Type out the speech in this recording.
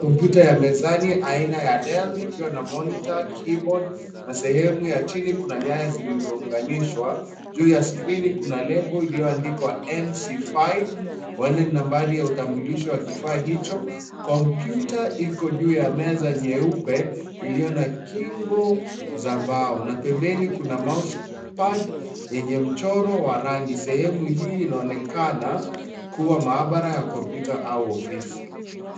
Kompyita ya mezani aina ya (cs)Dell(cs), ikiwa na (cs)monitor, keybord(cs), na sehemu ya chini kuna nyaya zilizo unganishwa, juu ya skrini kuna nembo ilio andikwa NC5,wene ni nambali ya utanbulisho wa kifaa hicho, kompyita iko juu ya meza nyeupe, iliyo na kingo za mbao, na pembeni kuna (cs)mousepad (cs), yenye mchoro wa rangi, sehemu hii inaonekana, kuwa maabara ya kompyuta au ofisi.